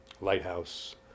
Lighthouse